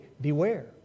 Beware